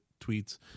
tweets